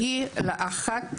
העמותה,